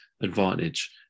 advantage